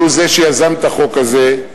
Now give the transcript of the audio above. שהוא זה שיזם את החוק הזה.